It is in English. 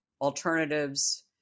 alternatives